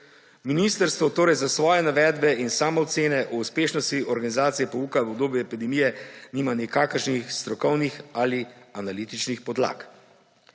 Ministrstvo torej za svoje navedbe in samoocene o uspešnosti organizacije pouka v obdobju epidemije nima nikakršnih strokovnih ali analitičnih podlag.